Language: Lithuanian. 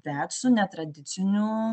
bet su netradiciniu